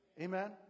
Amen